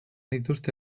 dituzte